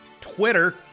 Twitter